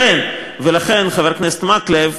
שר השיכון הוא זה, ולכן, חבר הכנסת מקלב,